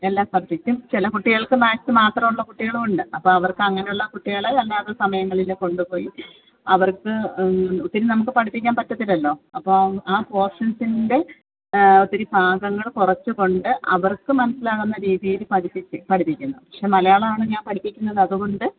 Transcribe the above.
എല്ലാ സുബ്ജെക്റ്റും ചില കുട്ടികൾക്ക് മാക്സ്സ് മാത്രമുള്ള കുട്ടികളുമുണ്ട് അപ്പം അവർക്ക് അങ്ങനുള്ള കുട്ടികളെ അല്ലാതെ സമയങ്ങളിൽ കൊണ്ട് പോയി അവർക്ക് ഒത്തിരി നമുക്ക് പഠിപ്പിക്കാൻ പറ്റത്തില്ലല്ലോ അപ്പോൾ ആ പോഷൻസിൻ്റെ ഒത്തിരി ഭാഗങ്ങൾ കുറച്ച് കൊണ്ട് അവർക്ക് മനസ്സിലാകുന്ന രീതീൽ പഠിപ്പിച്ച് പഠിപ്പിക്കുന്നു പക്ഷേ മലയാളമാണ് ഞാൻ പഠിപ്പിക്കുന്നത് അത് കൊണ്ട്